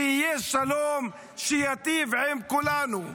שיהיה שלום שייטיב עם כולנו.